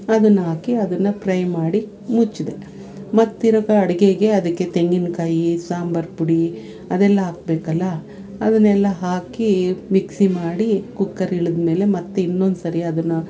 ಅದನ್ನು ಹಾಕಿ ಅದನ್ನು ಪ್ರೈ ಮಾಡಿ ಮುಚ್ಚಿದೆ ಮತ್ತು ತಿರ್ಗಾ ಅಡುಗೆಗೆ ಅದಕ್ಕೆ ತೆಂಗಿನಕಾಯಿ ಸಾಂಬಾರು ಪುಡಿ ಅದೆಲ್ಲ ಹಾಕ್ಬೇಕಲ್ಲ ಅದನ್ನೆಲ್ಲ ಹಾಕಿ ಮಿಕ್ಸಿ ಮಾಡಿ ಕುಕ್ಕರ್ ಇಳಿದ್ಮೇಲೆ ಮತ್ತು ಇನ್ನೊಂದು ಸರಿ ಅದನ್ನು